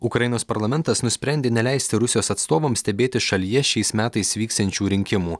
ukrainos parlamentas nusprendė neleisti rusijos atstovams stebėti šalyje šiais metais vyksiančių rinkimų